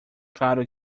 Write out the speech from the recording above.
claro